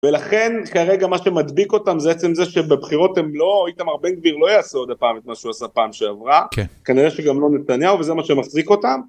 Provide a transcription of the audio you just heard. ולכן כרגע מה שמדביק אותם זה בעצם זה שבבחירות הם לא, איתמר בן גביר לא יעשה עוד פעם את מה שהוא עשה פעם שעברה, כנראה שגם לא נתניהו וזה מה שמחזיק אותם.